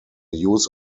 use